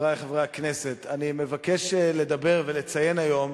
חברי חברי הכנסת, אני מבקש לדבר ולציין היום